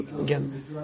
again